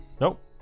nope